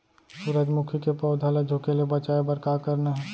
सूरजमुखी के पौधा ला झुके ले बचाए बर का करना हे?